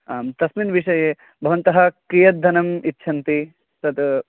आम् तस्मिन् विषये भवन्तः कियत् धनम् इच्छन्ति तत्